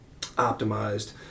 optimized